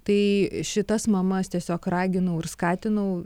tai šitas mamas tiesiog raginau ir skatinau